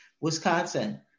Wisconsin